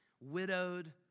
widowed